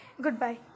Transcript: Goodbye